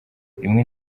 rimwe